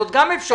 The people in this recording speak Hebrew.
זאת גם אפשרות.